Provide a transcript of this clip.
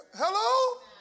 Hello